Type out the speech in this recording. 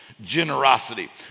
generosity